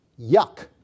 Yuck